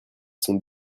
sont